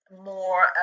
more